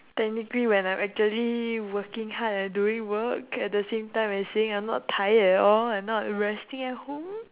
technically when I'm actually working hard and doing work at the same time and saying I'm not tired at all and not resting at home